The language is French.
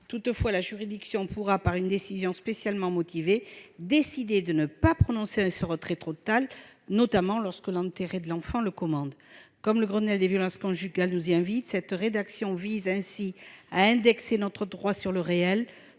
Toutefois, la juridiction pourra, par une décision spécialement motivée, décider de ne pas prononcer ce retrait total, notamment lorsque l'intérêt de l'enfant le commande. Comme le Grenelle des violences conjugales nous y invite, cette rédaction vise ainsi à indexer notre droit sur le réel